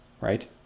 right